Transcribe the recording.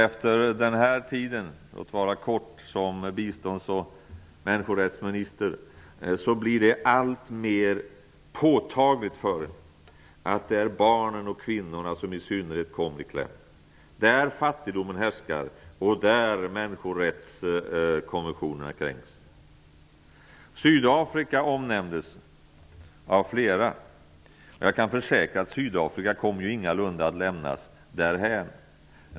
Under min tid, låt vara kort, som minister för bistånds och människorättsfrågor har det blivit allt mer påtagligt för mig att det i synnerhet är barnen och kvinnorna som kommer i kläm där fattigdomen härskar och där människorättskonventionerna kränks. Sydafrika har omnämnts av flera talare. Jag kan försäkra att Sydafrika ingalunda kommer att lämnas därhän.